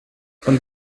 von